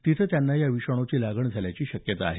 तेथे त्यांना या विषाणूची लागण झाल्याची शक्यता आहे